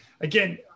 Again